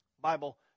bible